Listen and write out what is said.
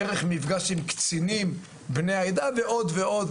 דרך מפגש עם קצינים בני העדה ועוד ועוד,